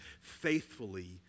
faithfully